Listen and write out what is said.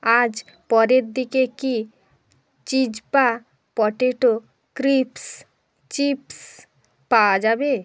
আজ পরের দিকে কি চিজপা পটেটো ক্রিস্প চিপ্স পাওয়া যাবে